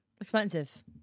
Expensive